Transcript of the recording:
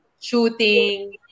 shooting